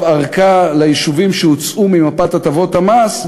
ארכה ליישובים שהוצאו ממפת הטבות המס,